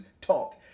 talk